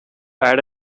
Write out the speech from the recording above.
add